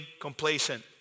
complacent